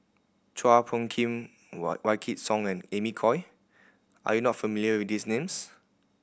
Chua Phung Kim Wykidd Song and Amy Khor are you not familiar with these names